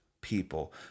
people